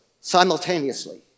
Simultaneously